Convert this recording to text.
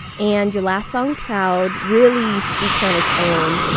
and your last song, proud, really speaks on its own.